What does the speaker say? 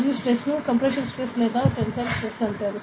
మరియు స్ట్రెస్ ని compressive stress లేదా టెన్సిల్ స్ట్రెస్ అంటారు